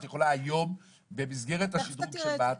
את יכולה היום במסגרת השדרוג שבאת,